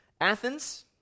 Athens